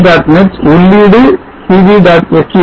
net உள்ளீடு pv